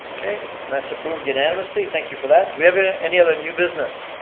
okay, and that's approved unanimously, thank you for that. do we have ah any other new business?